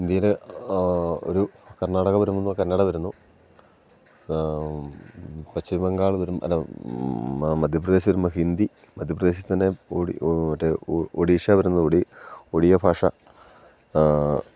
ഇന്ത്യയിലെ ഒരു കർണാടക വരുമ്പോൾ കന്നഡ വരുന്നു പശ്ചിമ ബംഗാൾ വരും അല്ല മധ്യപ്രദേശ് വരുമ്പോ ഹിന്ദി മധ്യപ്രദേശത്ത് തന്നെ ഓ മറ്റേ ഒഡീഷ വരുന്ന ഓടി ഒ ഓടിയ ഭാഷ